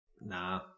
Nah